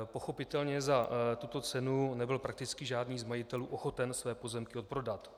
Pochopitelně za tuto cenu nebyl prakticky žádný z majitelů ochoten své pozemky odprodat.